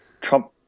Trump